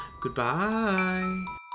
Goodbye